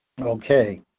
Okay